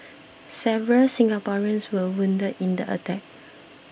several Singaporeans were wounded in the attack